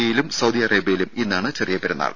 ഇയിലും Saudi അറേബ്യയിലും ഇന്നാണ് ചെറിയ പെരുന്നാൾ